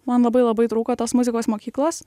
man labai labai trūko tos muzikos mokyklos